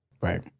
Right